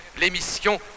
l'émission